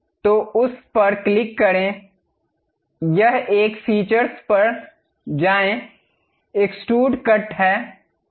तो उस एक पर क्लिक करें यह एक फीचर्स पर जाएं एक्सट्रूड कट है